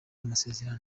amasezerano